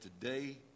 today